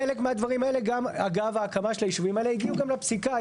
חלק מהדברים האלה גם אגב ההקמה של הישובים האלה הגיעו גם לפסיקה.